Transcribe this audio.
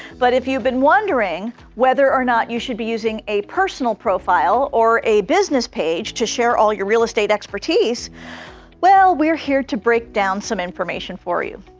but if you've been wondering whether or not you should be using a personal profile or a business page to share all your real estate expertise well, we're here to break down some information for you.